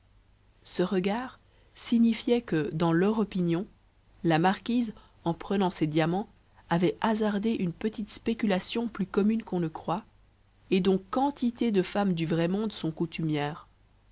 ce regard signifiait que dans leur opinion la marquise en prenant ces diamants avait hasardé une petite spéculation plus commune qu'on ne croit et dont quantité de femmes du vrai monde sont coutumières